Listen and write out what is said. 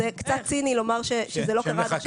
זה קצת ציני לומר שזה לא קרה עד עכשיו.